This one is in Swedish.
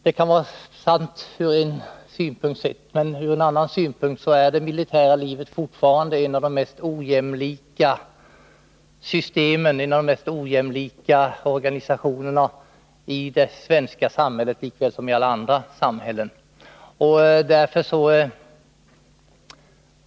Det kan vara sant ur en synpunkt sett, men ur en annan synpunkt innebär det Nr 30 militära livet fortfarande ett av de mest ojämlika systemen, en av de mest Onsdagen den ojämlika organisationerna i det svenska samhället, lika väl som i alla andra 18 november 1981 samhällen.